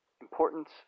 importance